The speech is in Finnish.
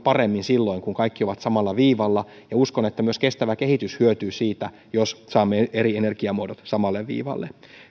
paremmin silloin kun kaikki ovat samalla viivalla ja uskon että myös kestävä kehitys hyötyy siitä jos saamme eri energiamuodot samalle viivalle